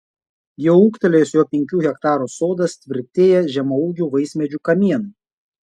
jau ūgtelėjęs jo penkių hektarų sodas tvirtėja žemaūgių vaismedžių kamienai